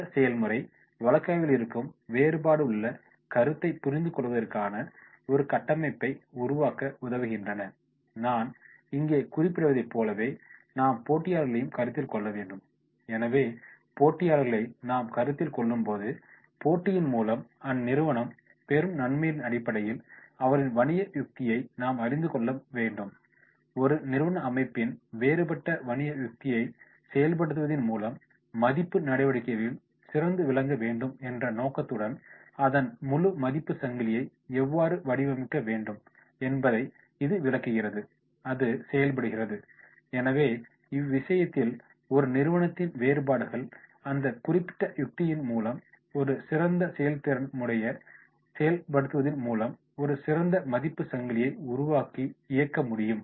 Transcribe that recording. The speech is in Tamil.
இந்த செயல்முறை வழக்காய்விலிருக்கும் வேறுபாடுள்ள கருத்தைப் புரிந்துகொள்வதற்கான ஒரு கட்டமைப்பை உருவாக்க உதவுகின்றன நான் இங்கே குறிப்பிடுவதைப் போலவே நாம் போட்டியாளர்களையும் கருத்தில் கொள்ள வேண்டும் எனவே போட்டியாளர்களை நாம் கருத்தில் கொள்ளும்போது போட்டியின் மூலம் அந்நிறுவனம் பெறும் நன்மைகளின் அடிப்படையில் அவர்களின் வணிக யுக்தியை நாம் அறிந்து கொள்ள வேண்டும் ஒரு நிறுவன அமைப்பின் வேறுபட்ட வணிக யுக்தியை செயல்படுத்துவதின் மூலம் மதிப்பு நடவடிக்கைகளில் சிறந்து விளங்க வேண்டும் என்ற நோக்கத்துடன் அதன் முழு மதிப்பு சங்கிலியை எவ்வாறு வடிவமைக்க வேண்டும் என்பதை இது விளக்குகிறது அது செயல்படுகிறது எனவே இவ்விஷயத்தில் ஒரு நிறுவனத்தின் வேறுபாடுள்ள அந்த குறிப்பிட்ட யுக்தியின் மூலம் ஒரு சிறந்த செயல்திறன்முறையை செயல்படுத்துவத்தின் மூலம் ஒரு சிறந்த மதிப்பு சங்கிலியை உருவாக்கி இயக்க முடியும்